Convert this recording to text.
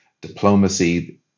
diplomacy